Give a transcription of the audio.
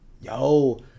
yo